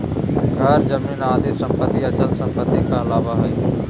घर, जमीन आदि सम्पत्ति अचल सम्पत्ति कहलावा हइ